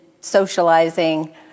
socializing